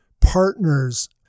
partners